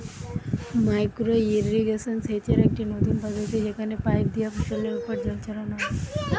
micro irrigation সেচের একটি নতুন পদ্ধতি যেখানে পাইপ দিয়া ফসলের ওপর জল ছড়ানো হয়